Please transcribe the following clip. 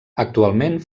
actualment